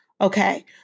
okay